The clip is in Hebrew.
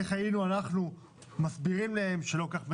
איך אנחנו היינו מסבירים להם שלא כך מדברים?